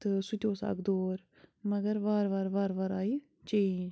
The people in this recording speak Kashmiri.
تہٕ سُہ تہِ اوس اَکھ دور مگر وارٕ وار وارٕ وار آیہِ چینٛج